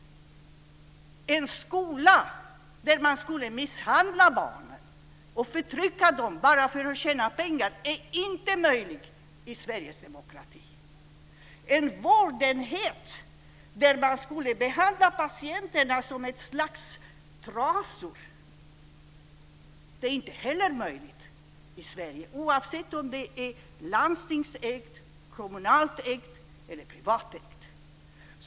En skola där man misshandlar och förtrycker barnen bara för att tjäna pengar är inte möjlig i Sveriges demokrati. En vårdenhet där man behandlar patienterna som ett slags trasor är inte heller möjlig i Sverige, oavsett om den är landstingsägd, kommunalt ägd eller privatägd.